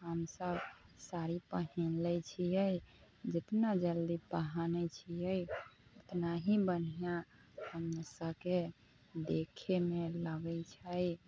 हम सभ साड़ी पहिर लै छियै जितना जल्दी पहिरे छियै उतना ही बढ़िऑं हम सभके देखैमे लगै छै